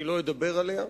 אני לא אדבר עליה,